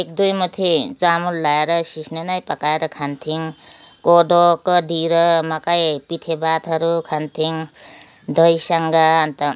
एक दुई मुठी चामल ल्याएर सिस्नो नै पकाएर खान्थ्यौँ कोदोको ढिँडो मकैको पिठो भातहरू खान्थ्यौँ दहीसँग अन्त